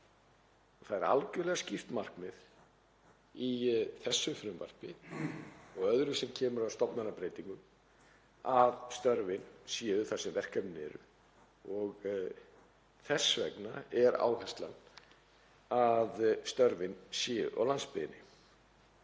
Það er algerlega skýrt markmið í þessu frumvarpi og öðru sem kemur að stofnanabreytingum að störfin séu þar sem verkefnin eru og þess vegna er áherslan á að störfin séu á landsbyggðinni.